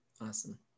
Awesome